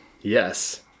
Yes